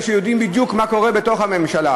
כי הם יודעים בדיוק מה קורה בתוך הממשלה,